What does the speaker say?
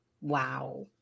Wow